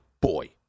boy